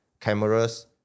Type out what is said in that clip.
cameras